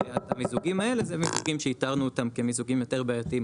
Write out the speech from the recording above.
והמיזוגים האלה זה מיזוגים שאיתרנו אותם כמיזוגים יותר בעייתיים,